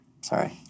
Sorry